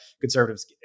conservatives